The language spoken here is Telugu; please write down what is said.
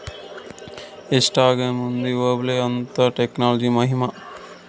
ఎట్టాగేముంది ఓబులేషు, అంతా టెక్నాలజీ మహిమా